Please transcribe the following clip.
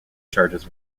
charges